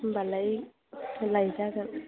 होनबालाय लायजागोन